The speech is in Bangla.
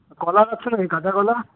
কলা রাখছ নাকি কাঁচা কলা